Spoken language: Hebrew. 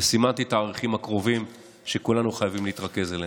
וסימנתי את התאריכים הקרובים שכולנו חייבים להתרכז אליהם.